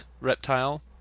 reptile